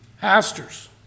Pastors